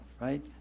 right